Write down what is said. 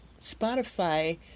Spotify